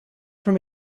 from